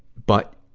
but,